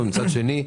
ומצד שני,